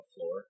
floor